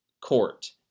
court